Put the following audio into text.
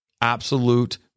absolute